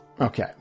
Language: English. Okay